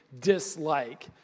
dislike